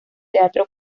teatro